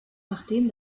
nachdem